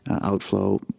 outflow